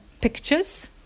pictures